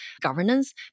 governance